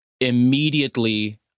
Immediately